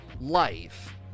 life